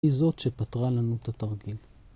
היא זאת שפתרה לנו את התרגיל.